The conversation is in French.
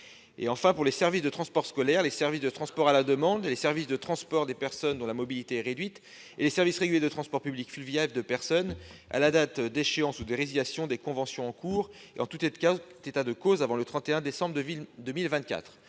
Enfin, pour les services de transport scolaire, les services de transport à la demande, les services de transport des personnes dont la mobilité est réduite et les services réguliers de transport public fluvial de personnes, le monopole se termine à la date d'échéance ou de résiliation des conventions en cours et, en tout état de cause, avant le 31 décembre 2024.